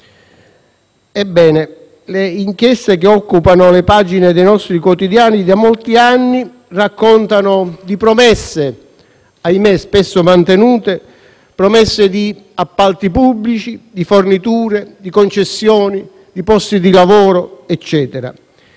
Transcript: Ebbene, le inchieste che occupano le pagine dei nostri quotidiani da molti anni raccontano di promesse - ahimè spesso mantenute - di appalti pubblici, di forniture, di concessioni, di posti di lavoro. Da